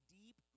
deep